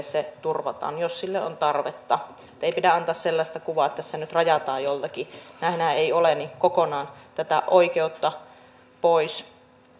se turvataan jos sille on tarvetta ei pidä antaa sellaista kuvaa että tässä nyt rajataan joltakin näinhän ei ole kokonaan tätä oikeutta pois